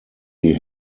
die